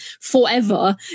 forever